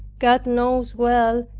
god knows well,